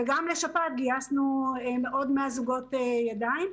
וגם לשפעת גייסנו עוד 100 זוגות ידיים.